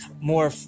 more